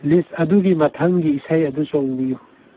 ꯂꯤꯁ ꯑꯗꯨꯒꯤ ꯃꯊꯪꯒꯤ ꯏꯁꯩ ꯑꯗꯨ ꯆꯣꯡꯕꯤꯌꯨ